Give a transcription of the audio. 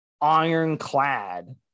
ironclad